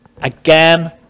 Again